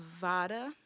Vada